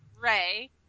Ray